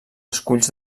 esculls